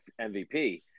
MVP